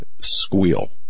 squeal